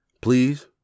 Please